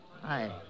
Hi